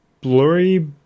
blurry